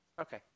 Okay